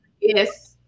Yes